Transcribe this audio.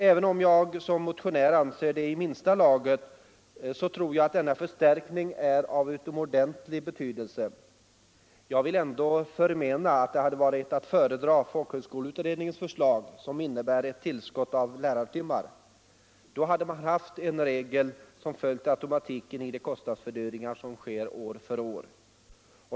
Även om jag som motionär anser att det är i minsta laget, så tror jag att denna förstärkning är av utomordentlig betydelse. Jag vill ändå förmena att folkhögskoleutredningens förslag, som innebär ett tillskott av lärartimmar, hade varit att föredra. Då hade man haft en regel som följt automatiken i de kostnadsfördyringar som sker år från år.